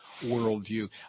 worldview